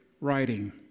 writing